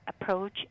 approach